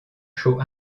show